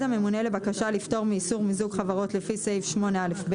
הממונה לבקשה לפטור מאיסור מיזוג חברות לפי סעיף 8א(ב),